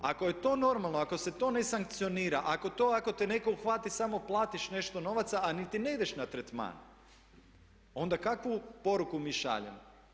Ako je to normalno, ako se to ne sankcionira, ako to ako te netko uhvati, samo platiš nešto novaca a niti ne ideš na tretman onda kakvu poruku mi šaljemo?